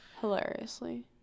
Hilariously